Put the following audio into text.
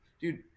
dude